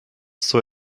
zur